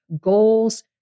goals